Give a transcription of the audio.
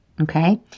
okay